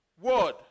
word